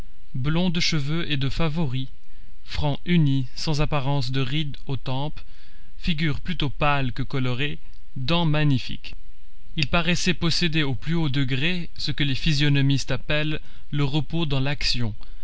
blond de cheveux et de favoris front uni sans apparences de rides aux tempes figure plutôt pâle que colorée dents magnifiques il paraissait posséder au plus haut degré ce que les physionomistes appellent le repos dans l'action